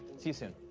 see you soon.